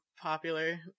popular